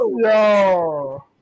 yo